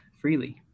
freely